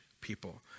people